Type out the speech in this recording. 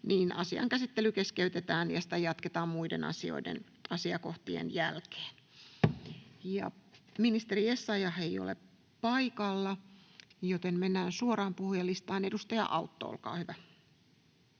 läpi, asian käsittely keskeytetään ja sitä jatketaan muiden asiakohtien jälkeen. Ministeri Essayah ei ole paikalla, joten mennään suoraan puhujalistaan. — Edustaja Autto, olkaa hyvä.